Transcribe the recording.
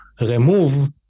remove